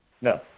no